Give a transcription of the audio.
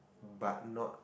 but not